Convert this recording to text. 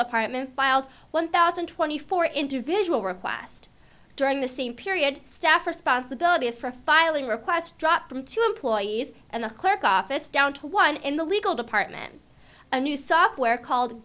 department filed one thousand and twenty four individual request during the same period staff responsibilities for filing requests dropped from two employees and a clerk office down to one in the legal department a new software called